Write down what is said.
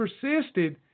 persisted